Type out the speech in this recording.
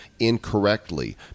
incorrectly